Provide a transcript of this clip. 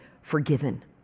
forgiven